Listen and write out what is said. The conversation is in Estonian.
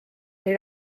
oli